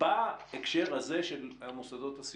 בהקשר הזה המוסדות הסיעודיים.